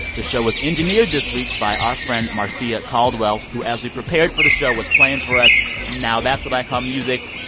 the show was engineered this week by our friend marcia caldwell, who, as we prepared for the show, was playing for us now that's what i call music!